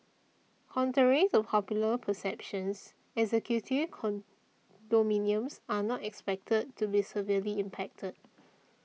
contrary to popular perceptions executive condominiums are not expected to be severely impacted